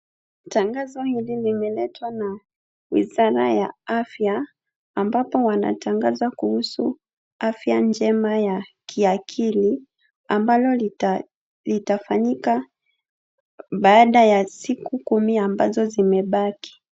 Tangazo hili limeletwa na wizara ya afya, ambapo wanatangaza kuhusu afya njema ya kiakili, ambalo litafanyika baada ya siku kumi ambazo zimebaki.